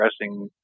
addressing